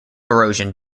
erosion